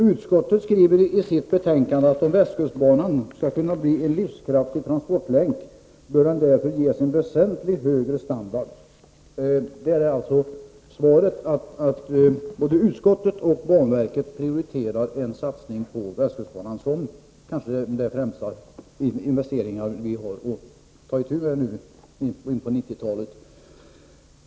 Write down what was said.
Utskottet skriver i betänkandet: ”Om västkustbanan skall kunna bli en livskraftig transportlänk ——— bör den därför ges en väsentligt högre standard.” Både utskottet och banverket prioriterar alltså en satsning på västkustbanan som den kanske viktigaste investering vi har att göra nu en bit in på 1990 talet.